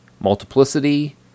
Multiplicity